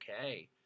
okay